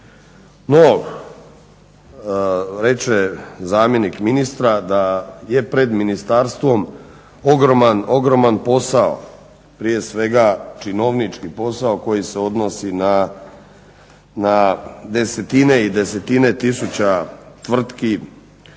No, reče zamjenik ministra da je pred ministarstvom ogroman posao, prije svega činovnički posao koji se odnosi na desetine i desetine tisuća tvrtki